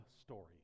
story